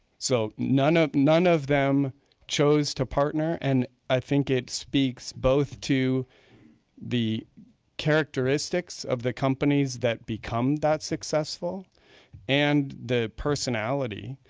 so none ah none of them chose to partner and i think it speaks both to the characteristics of the companies that become that successful and the personality,